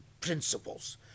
principles